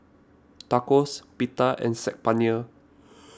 Tacos Pita and Saag Paneer